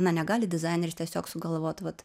na negali dizaineris tiesiog sugalvot vat